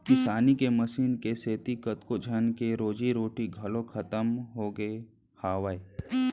किसानी के मसीन के सेती कतको झन के रोजी रोटी घलौ खतम होगे हावय